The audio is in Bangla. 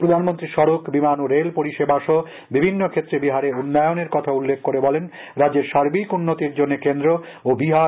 প্রধানমন্ত্রী সডক বিমান ও রেল পরিষেবা সহ বিভিন্ন ক্ষেত্রে বিহারে উন্নয়নের কথা উল্লেখ করে বলেন রাজ্যের সার্বিক উন্নতির জন্য কেন্দ্র ও বিহার সরকার যৌথভাবে কাজ করছে